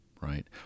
right